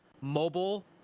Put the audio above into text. Mobile